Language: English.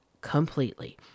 completely